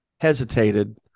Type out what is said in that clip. hesitated